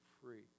free